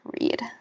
read